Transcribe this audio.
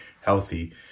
healthy